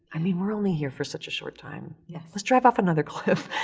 i mean, we're only here for such a short time. yes. let's drive off another cliff.